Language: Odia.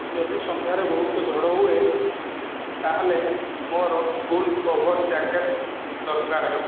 ଯଦି ସନ୍ଧ୍ୟାରେ ବହୁତ ଝଡ଼ ହୁଏ ତାହେଲେ ମୋର ଫୁଲ୍ କଭର୍ ଜ୍ୟାକେଟ୍ ଦରକାର ହେବ